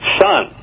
son